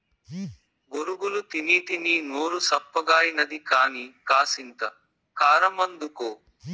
బొరుగులు తినీతినీ నోరు సప్పగాయినది కానీ, కాసింత కారమందుకో